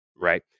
right